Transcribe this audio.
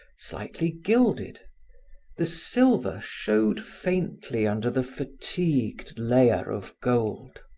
slightly gilded the silver showed faintly under the fatigued layer of gold,